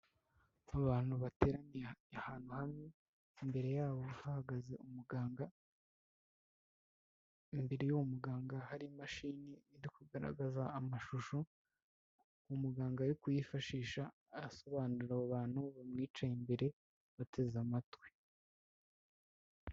Abantu bateraniye ahantu hamwe imbere yabo hahagaze umuganga, imbere y'uwo muganga hari imashini iri kugaragaza amashusho, umuganga ari kuyifashisha asobanurira abo bantu bamwicaye imbere bateze amatwi.